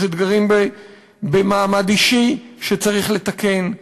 יש אתגרים במעמד אישי שצריך לתקן,